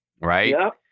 right